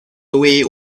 away